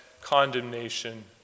condemnation